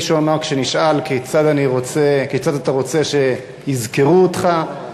כפי שהוא אמר כשנשאל כיצד אתה רוצה שיזכרו אותך,